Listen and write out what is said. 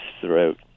throughout